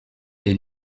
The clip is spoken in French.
est